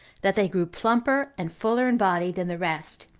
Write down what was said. that they grew plumper and fuller in body than the rest,